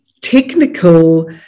technical